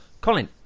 Colin